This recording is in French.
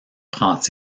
prend